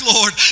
Lord